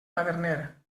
taverner